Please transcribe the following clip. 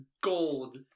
gold